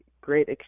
great